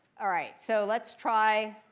all right, so let's try